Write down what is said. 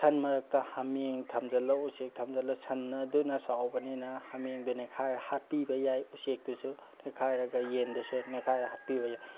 ꯁꯟ ꯃꯔꯛꯇ ꯍꯥꯃꯦꯡ ꯊꯝꯖꯜꯂꯒ ꯎꯆꯦꯛ ꯊꯝꯖꯜꯂꯒ ꯁꯟ ꯑꯗꯨꯅ ꯆꯥꯎꯕꯅꯤꯅ ꯍꯥꯃꯦꯡꯗꯨ ꯅꯦꯠꯈꯥꯏꯔꯒ ꯍꯥꯠꯄꯤꯕ ꯌꯥꯏ ꯎꯆꯦꯛꯇꯨꯁꯨ ꯅꯦꯠꯈꯥꯏꯔꯒ ꯌꯦꯟꯗꯨꯁꯨ ꯅꯦꯠꯈꯥꯏꯔꯒ ꯍꯥꯠꯄꯤꯕ ꯌꯥꯏ